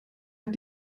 hat